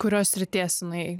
kurios srities jinai